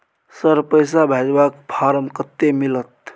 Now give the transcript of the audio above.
Sir, पैसा भेजबाक form कत्ते मिलत?